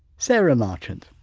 so marchant.